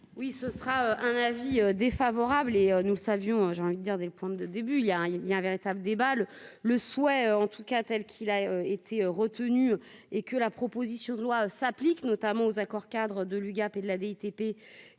Oui, ce sera un avis défavorable et nous savions, j'ai envie de dire des pointes de début, il y a, il y a un véritable débat le le souhait en tout cas telle qu'il a été retenu et que la proposition de loi s'applique notamment aux accord-cadre de l'UGAP et de la DTP